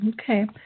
Okay